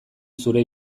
zure